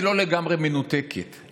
היא לא לגמרי מנותקת.